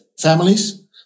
families